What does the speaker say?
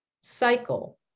cycle